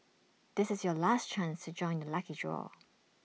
this is your last chance to join the lucky draw